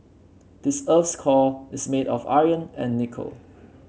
this earth's core is made of iron and nickel